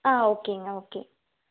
ஆ ஓகேங்க ஓகே